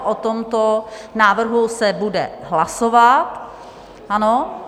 O tomto návrhu se bude hlasovat, ano?